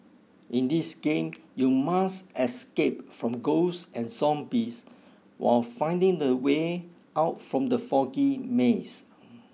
in this game you must escape from ghosts and zombies while finding the way out from the foggy maze